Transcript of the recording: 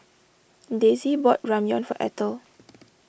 Desi bought Ramyeon for Ethel